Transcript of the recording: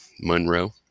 Monroe